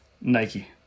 Nike